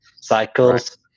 cycles